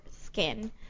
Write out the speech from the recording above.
skin